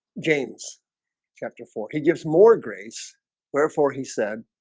james chapter four he gives more grace wherefore. he said,